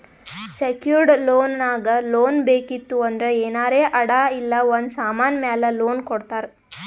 secured loan ನಾಗ್ loan ಬೇಕಿತ್ತು ಅಂದ್ರ ಏನಾರೇ ಅಡಾ ಇಲ್ಲ ಒಂದ್ ಸಮಾನ್ ಮ್ಯಾಲ ಲೋನ್ ಕೊಡ್ತಾರ್